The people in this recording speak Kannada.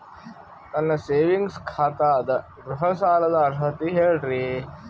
ನನ್ನ ಸೇವಿಂಗ್ಸ್ ಖಾತಾ ಅದ, ಗೃಹ ಸಾಲದ ಅರ್ಹತಿ ಹೇಳರಿ?